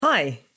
Hi